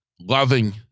loving